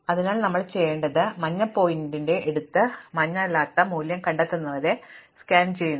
അതിനാൽ ഞാൻ ചെയ്യേണ്ടത് ഞാൻ മഞ്ഞ പോയിന്റർ എടുത്ത് മഞ്ഞ അല്ലാത്ത മൂല്യം കണ്ടെത്തുന്നതുവരെ സ്കാൻ ചെയ്യുന്നു